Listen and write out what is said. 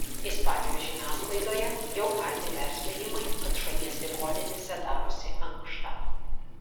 ispanijos žiniasklaidoje jau aidi perspėjimai kad šalies ligoninėse darosi ankšta